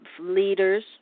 leaders